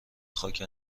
خاک